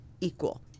equal